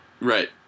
Right